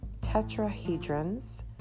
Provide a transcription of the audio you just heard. tetrahedrons